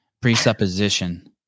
presupposition